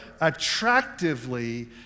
attractively